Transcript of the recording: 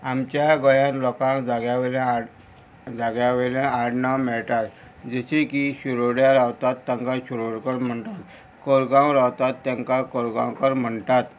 आमच्या गोंयान लोकांक जाग्या वयल्या आड जाग्या वयल्या आड नांव मेळटात जशें की शिरोड्या रावतात तांकां शिरोडकर म्हणटात कोरगांव रावतात तांकां कोरगांवकर म्हणटात